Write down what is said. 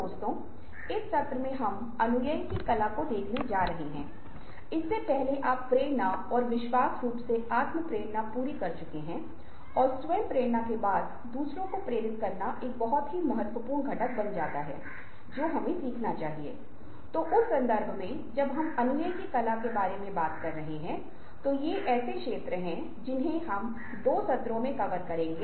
दोस्तों इस सत्र में हम बात करेंगे कि आप अपने भावनात्मक बुद्धिमत्ता या ईआई को कैसे सुधारेंगे